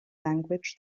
language